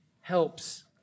helps